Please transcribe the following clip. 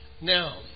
Now